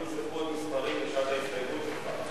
אם לא נזרקו עוד מספרים בזמן ההסתייגות שלך.